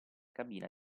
cabina